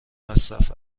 مصرف